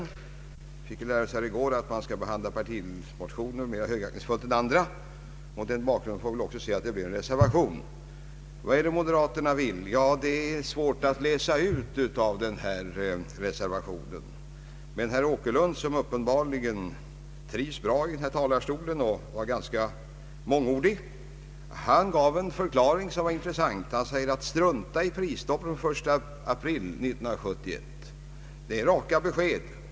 Vi fick ju lära oss här i går att man skall behandla partimotioner mera högaktningsfullt än andra. Mot den bakgrunden får vi väl också se att det blev en reservation. Vad är det moderaterna vill? Det är svårt att läsa ut av denna reservation, men herr Åkerlund, som uppenbarligen trivs bra i denna talarstol och som var ganska mångordig, gav en förklaring som var intressant. Han sade: Strunta i prisstoppet den 1 april 1971. Det är raka besked.